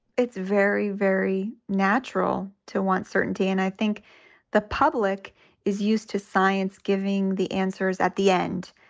it's very, very natural to want certainty, and i think the public is used to science giving the answers at the end.